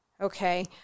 Okay